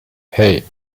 hey